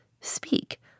Speak